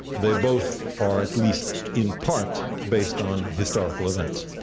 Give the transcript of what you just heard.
they both are at least in part based on historical evidence.